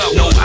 no